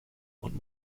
und